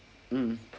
mm